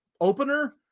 opener